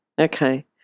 Okay